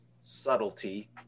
subtlety